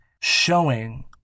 showing